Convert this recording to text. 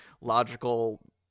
logical